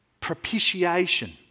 propitiation